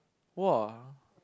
!wah!